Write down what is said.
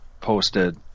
posted